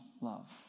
love